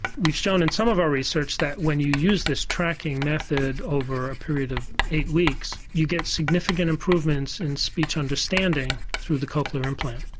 we've shown in some of our research that when you use this tracking method over a period of eight weeks, that you get significant improvements in speech understanding through the cochlear implant.